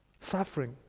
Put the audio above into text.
suffering